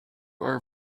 are